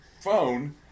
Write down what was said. phone